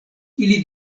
ili